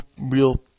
real